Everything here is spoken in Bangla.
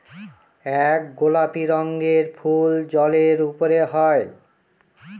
এক গোলাপি রঙের ফুল জলের উপরে হয়